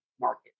market